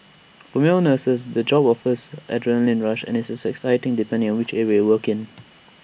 for male nurses the job offers adrenalin rush and is exciting depending on which area you work in